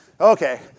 Okay